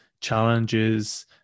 challenges